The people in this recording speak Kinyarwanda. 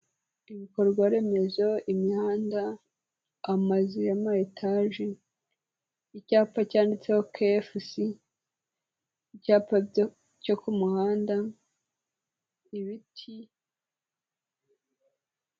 Ibikorwa remezo, imihanda, amazu y'amayetaje, icyapa cyanditseho kefusi, icyapa cyo ku muhanda, ibiti.